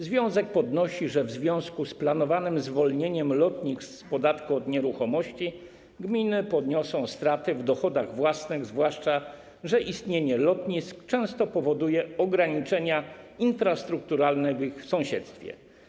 Związek podnosi, że w związku z planowanym zwolnieniem lotnisk z podatku od nieruchomości gminy poniosą stratę w dochodach własnych, zwłaszcza że istnienie lotnisk często powoduje ograniczenia infrastrukturalne w sąsiedztwie.